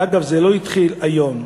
ואגב, זה לא התחיל היום.